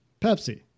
Pepsi